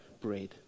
bread